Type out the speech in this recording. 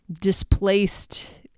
displaced